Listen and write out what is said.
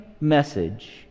message